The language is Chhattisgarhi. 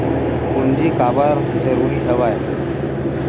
पूंजी काबर जरूरी हवय?